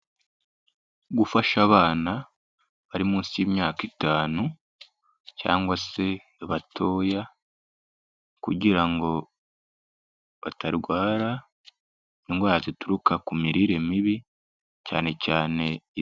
Gufasha abana bari munsi y'imyaka itanu cyangwa se batoya kugira ngo batarwara indwara zituruka ku mirire mibi cyane cyane,